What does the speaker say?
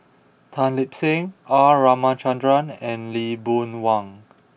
Tan Lip Seng R Ramachandran and Lee Boon Wang